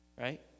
Right